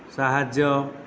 ସାହାଯ୍ୟ